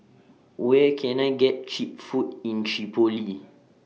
Where Can I get Cheap Food in Tripoli